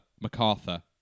MacArthur